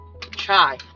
try